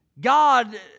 God